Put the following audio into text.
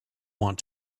want